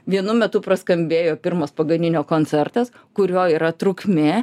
vienu metu praskambėjo pirmas paganinio koncertas kurio yra trukmė